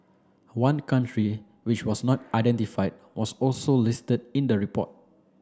one country which was not identified was also listed in the report